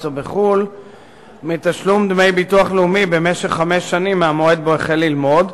או בחו"ל מתשלום דמי ביטוח לאומי במשך חמש שנים מהמועד שבו החל ללמוד,